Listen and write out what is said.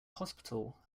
hospital